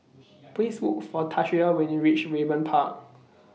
Please Look For Tanesha when YOU REACH Raeburn Park